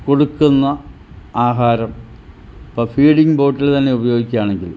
കൊടുക്കുന്ന ആഹാരം പ ഫീഡിങ് ബോട്ടിൽ തന്നെ ഉപയോഗിക്കുകയാണെങ്കിൽ